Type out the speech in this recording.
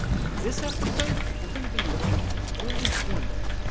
in this episode, we're going to be looking at an early cornbread.